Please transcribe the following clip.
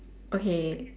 okay